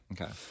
Okay